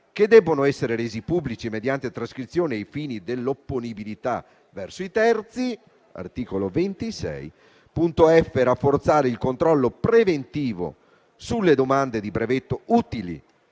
che devono essere resi pubblici mediante trascrizione ai fini dell'opponibilità verso i terzi (articolo 26); rafforzare il controllo preventivo sulle domande di brevetto utili